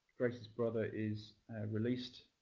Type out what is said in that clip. grace's brother is released.